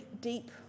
deep